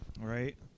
Right